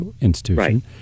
institution